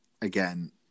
Again